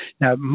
Now